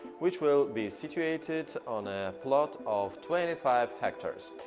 which will be situated on a plot of twenty five hectares.